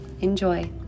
Enjoy